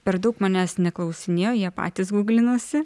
per daug manęs neklausinėjo jie patys guglinosi